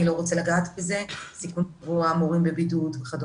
הדברים עוד בגיבוש ולכן לא הייתי נכנסת עד הסוף